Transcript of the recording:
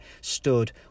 stood